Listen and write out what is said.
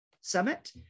Summit